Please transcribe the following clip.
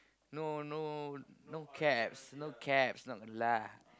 no no no caps no caps not lah